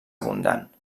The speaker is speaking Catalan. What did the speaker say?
abundant